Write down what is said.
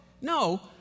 No